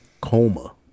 coma